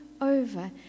over